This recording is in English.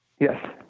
Yes